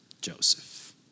Joseph